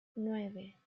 nueve